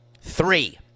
Three